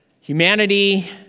Humanity